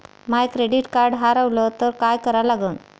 माय credit card हारवलं तर काय करा लागन?